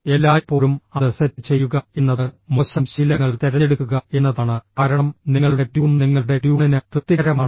എല്ലായ്പ്പോഴും അത് സെറ്റ് ചെയ്യുക എന്നത് മോശം ശീലങ്ങൾ തിരഞ്ഞെടുക്കുക എന്നതാണ് കാരണം നിങ്ങളുടെ ട്യൂൺ നിങ്ങളുടെ ട്യൂണിന് തൃപ്തികരമാണ്